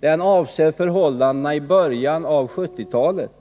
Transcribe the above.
Den avser förhållandena i början av 1970-talet,